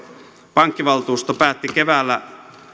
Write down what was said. pankkivaltuusto päätti keväällä